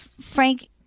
Frank